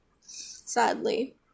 sadly